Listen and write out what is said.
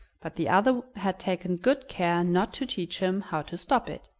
but the other had taken good care not to teach him how to stop it.